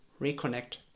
reconnect